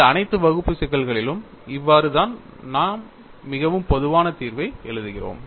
இந்த அனைத்து வகுப்பு சிக்கல்களிலும் இவ்வாறு தான் நாம் மிகவும் பொதுவான தீர்வை எழுதுகிறோம்